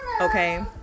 Okay